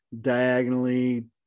diagonally